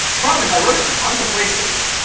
problem is, i wrote it in a bunch of places,